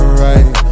right